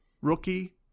rookie